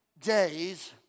days